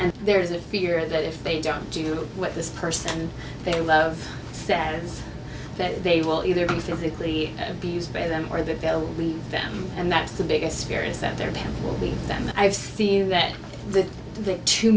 and there's a fear that if they don't do what this person they love status that they will either be physically abused by them or they believe them and that's the biggest fear is that there will be them and i've seen that the the two